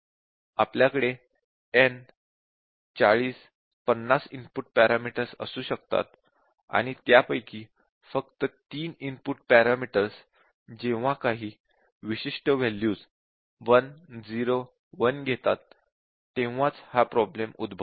आपल्याकडे n ४० ५० input parameters असू शकतात आणि त्यापैकी फक्त 3 इनपुट पॅरामीटर्स जेव्हा काही विशिष्ट वॅल्यूज 1 0 1 घेतात तेव्हा प्रॉब्लेम उद्भवतो